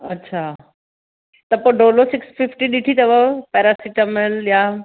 अच्छा त पोइ डोलो सिक्स फिफ्टी ॾिठी अथव पैरासिटामल या